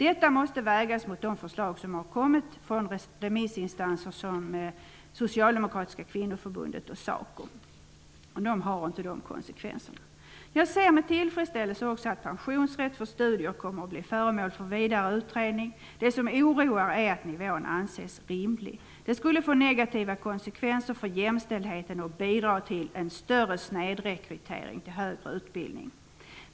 Detta måste vägas mot de förslag som kommit från remissinstanser som och som inte har dessa konsekvenser. Jag ser med tillfredsställelse också att pensionsrätt för studier kommer att bli föremål för vidare utredning. Det som oroar är att nivån anses rimlig. Det skulle få negativa konsekvenser för jämställdheten och bidra till större snedrekrytering till högre utbildning.